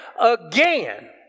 again